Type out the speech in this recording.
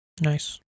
Nice